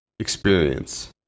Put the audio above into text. experience